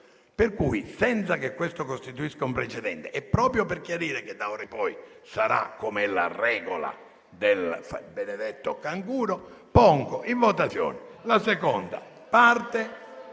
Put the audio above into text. per cui, senza che questo costituisca un precedente e proprio per chiarire che d'ora in poi sarà come secondo la regola del canguro, pongo in votazione la seconda parte